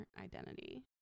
identity